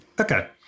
Okay